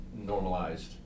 normalized